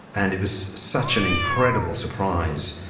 and it was such an incredible surprise,